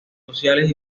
sociales